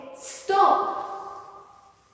stop